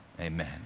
amen